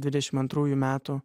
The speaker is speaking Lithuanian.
dvidešimt antrųjų metų